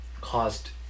caused